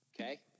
Okay